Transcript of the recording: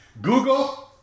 Google